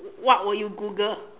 what will you Google